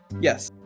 yes